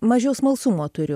mažiau smalsumo turiu